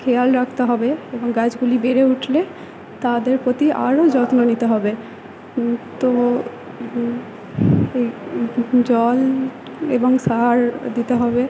খেয়াল রাখতে হবে এবং গাছগুলি বেড়ে উঠলে তাদের প্রতি আরও যত্ন নিতে হবে তো জল এবং সার দিতে হবে